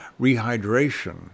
rehydration